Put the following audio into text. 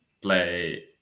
play